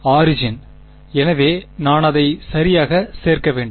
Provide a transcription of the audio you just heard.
origin எனவே நான் அதை சரியாக சேர்க்க வேண்டும்